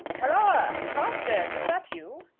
halloa! carstairs, is that you?